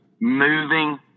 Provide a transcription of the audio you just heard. moving